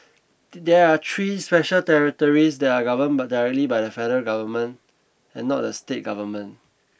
there are three special territories that are governed by directly by the federal government and not the state government